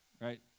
right